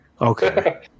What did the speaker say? okay